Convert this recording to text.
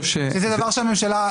שזה דבר שהממשלה,